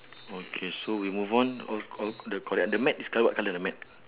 okay so we move on all all the correct the mat is col~ what colour the mat